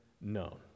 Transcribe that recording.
known